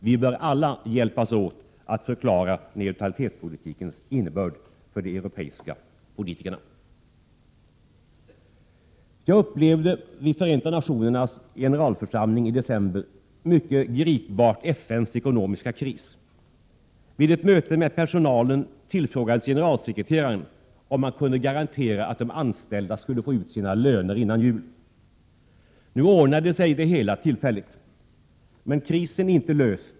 Vi bör alla hjälpas åt att förklara neutralitetspolitikens innebörd för de europeiska politikerna. Jag upplevde vid Förenta nationernas generalförsamling i december mycket gripbart FN:s ekonomiska kris. Vid ett möte med personalen tillfrågades generalsekreteraren om han kunde garantera att de anställda skulle få ut sina löner före jul. Nu ordnade sig det hela tillfälligt, men krisen är inte löst.